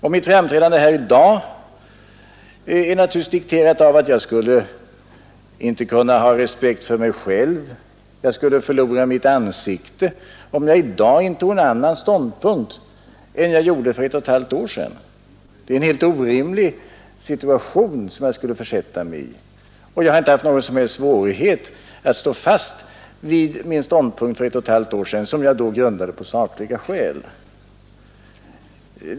Och mitt framträdande här i dag är naturligtvis dikterat av att jag inte skulle kunna ha respekt för mig själv, av att jag skulle förlora mitt ansikte, om jag nu intog en annan ståndpunkt än jag gjorde för ett och ett halvt år sedan. Det vore en helt orimlig situation som jag i så fall skulle försätta mig i. Men jag har inte haft någon som helst svårighet att stå fast vid min ståndpunkt för ett och ett halvt år sedan, eftersom den var grundad på sakliga skäl.